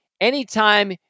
Anytime